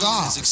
God